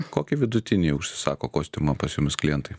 kokį vidutinį užsisako kostiumą pas jumis klientai